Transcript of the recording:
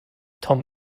tom